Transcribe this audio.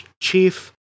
Chief